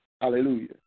Hallelujah